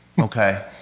Okay